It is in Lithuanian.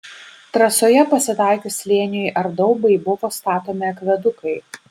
trasoje pasitaikius slėniui ar daubai buvo statomi akvedukai